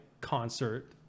concert